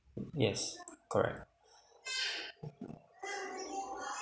yes correct